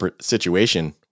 situation